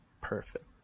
perfect